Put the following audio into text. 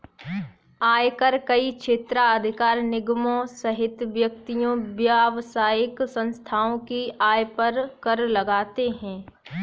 आयकर कई क्षेत्राधिकार निगमों सहित व्यक्तियों, व्यावसायिक संस्थाओं की आय पर कर लगाते हैं